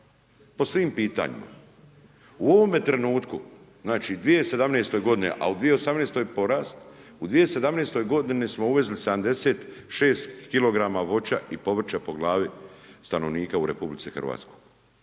Po svim pitanjima. U ovome trenutku znači 2017. a u 2018. porast, u 2017. g. smo uvezli 76 kg voća i povrća po glavi stanovnika u RH što